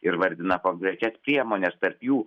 ir vardina konkrečias priemones tarp jų